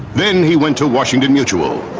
then he went to washington mutual.